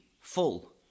full